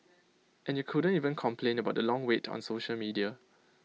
and you couldn't even complain about the long wait on social media